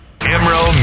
Emerald